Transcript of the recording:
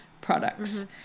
products